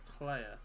player